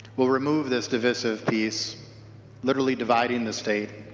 will remove this divisive piece literally dividing the state.